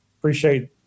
appreciate